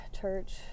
Church